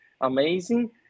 amazing